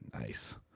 nice